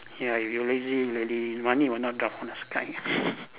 ya you lazy already money will not drop from the sky